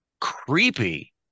creepy